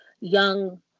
young